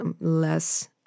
less